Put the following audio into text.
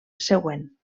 següent